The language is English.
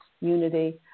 unity